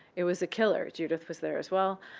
it was a killer. judith was there as well.